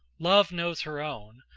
love knows her own,